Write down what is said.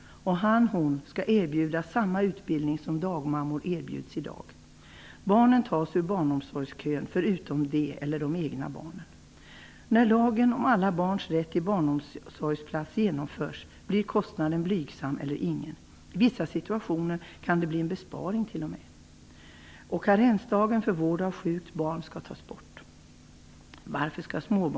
Han eller hon skall erbjudas samma utbildning som dagmammor erbjuds i dag. När lagen om alla barns rätt till barnomsorsgsplats genomförs blir kostnaden blygsam eller ingen. I vissa situationer kan det t.o.m. bli en besparing. Förslaget om karensdag för vård av sjukt barn skall tas bort.